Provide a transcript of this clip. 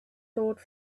thought